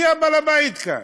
מי בעל הבית כאן?